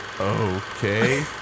Okay